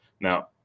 Now